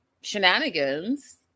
shenanigans